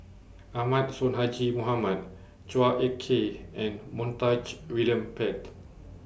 Ahmad Sonhadji Mohamad Chua Ek Kay and Montague William Pett